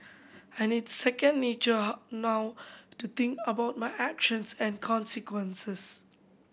and it's second nature how now to think about my actions and consequences